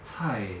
菜